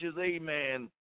amen